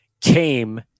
came